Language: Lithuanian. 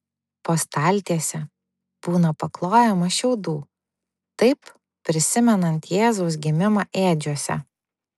po staltiese būna paklojama šiaudų taip prisimenant jėzaus gimimą ėdžiose